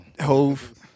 Hove